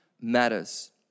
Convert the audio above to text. Matters